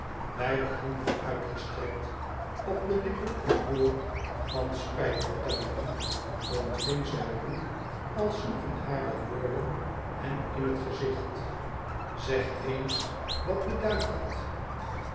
beide handen uitgestrekt op de lippen een woord van spijtbetuiging ontving zij ruw als sloegen hare woorden hem in het gezicht zeg eens wat beduidt dat